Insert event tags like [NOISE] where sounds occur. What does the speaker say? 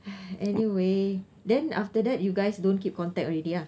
[NOISE] anyway then after that you guys don't keep contact already ah